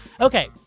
okay